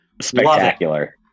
Spectacular